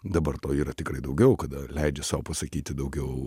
dabar to yra tikrai daugiau kada leidžia sau pasakyti daugiau